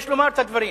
יש לומר את הדברים.